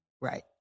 Right